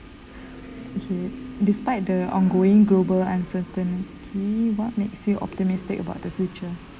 despite the ongoing global uncertainty what makes you optimistic about the future